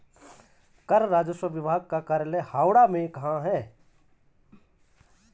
कर राजस्व विभाग का कार्यालय हावड़ा में कहाँ है?